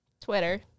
Twitter